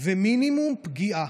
ומינימום פגיעה.